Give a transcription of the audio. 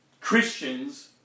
Christians